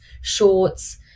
shorts